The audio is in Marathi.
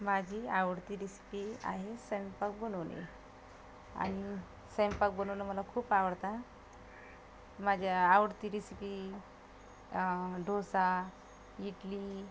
माझी आवडती रेसपी आहे सैंपाक बनवणे आणि सैंपाक बनवणं मला खूप आवडतं माझ्या आवडती रेसिपी डोसा इडली